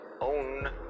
own